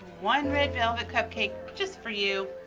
one red velvet cupcake, just for you.